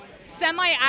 semi